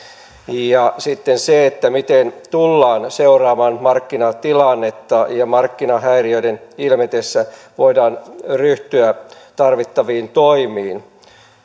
sitten on se miten tullaan seuraamaan markkinatilannetta ja miten markkinahäiriöiden ilmetessä voidaan ryhtyä tarvittaviin toimiin